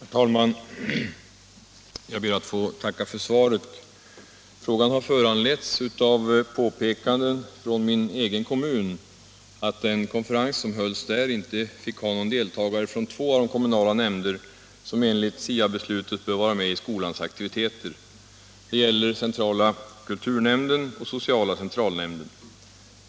Herr talman! Jag ber att få tacka för svaret. Frågan har föranletts av påpekanden från min egen kommun att den konferens som hölls där inte fick ha någon deltagare från två av de kommunala nämnder som enligt SIA-beslutet bör vara med i skolans aktiviteter. Det gäller centrala kulturnämnden och sociala centralnämnden.